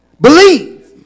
believe